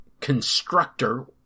constructor